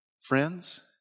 Friends